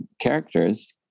characters